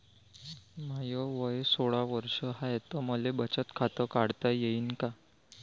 माय वय सोळा वर्ष हाय त मले बचत खात काढता येईन का?